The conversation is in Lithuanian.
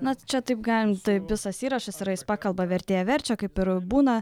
na čia taip gan taip visas įrašas yra jis pakalba vertėja verčia kaip ir būna